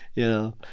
you know?